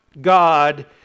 God